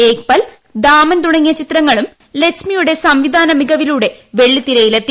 ഏക് പൽ ദാമൻ തുടങ്ങിയ ചിത്രങ്ങളും ലജ്മിയുടെ സംവിധാന മികവിലൂടെ വെള്ളിത്തിരയിലെത്തി